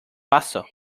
paso